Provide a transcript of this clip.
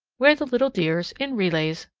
where the little dears, in relays,